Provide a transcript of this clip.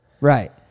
right